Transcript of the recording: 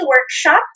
workshop